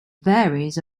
varies